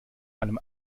einem